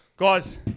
Guys